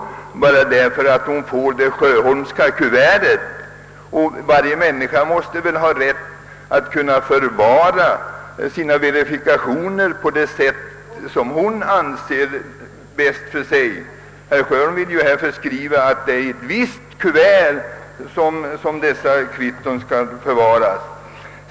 Det Sjöholmska kuvertet torde inte ha någon effekt härvidlag. Varje människa måste väl ha rätt att bevara sina verifikationer på det sätt han eller hon finner bäst — herr Sjöholm vill emellertid föreskriva att verifikationerna skall förvaras i ett visst kuvert.